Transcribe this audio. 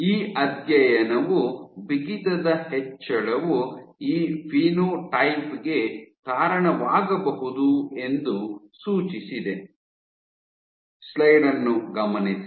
ಈ ಅಧ್ಯಯನವು ಬಿಗಿತದ ಹೆಚ್ಚಳವು ಈ ಫಿನೋಟೈಪ್ ಗೆ ಕಾರಣವಾಗಬಹುದು ಎಂದು ಸೂಚಿಸಿದೆ